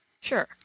Sure